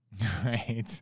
Right